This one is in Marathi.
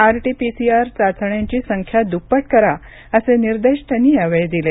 आरटी पीसीआर चाचण्यांची संख्या दुप्पट करा असे निर्देश त्यांनी यावेळी दिले